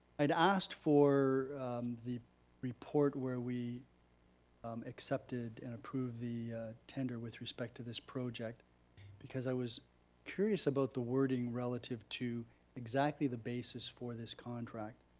i'd asked for the report where we accepted and approved the tender with respect to this project because i was curious about the wording relative to exactly the basis for this contract.